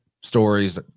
stories